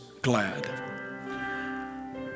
glad